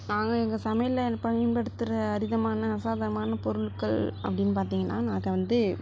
நாங்கள் எங்கள் சமையல்ல என்ன பயன்படுத்துகிற அரிதமான அசாதாரணமான பொருட்கள் அப்படின்னு பார்த்திங்கன்னா நாங்கள் வந்து